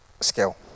skill